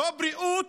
לא בריאות.